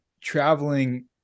traveling